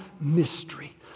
mystery